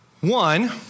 One